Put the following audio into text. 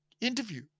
interview